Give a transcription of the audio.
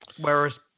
Whereas